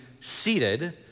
seated